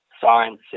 science